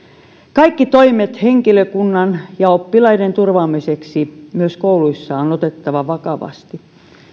kaikki toimet henkilökunnan ja oppilaiden turvaamiseksi myös kouluissa on otettava vakavasti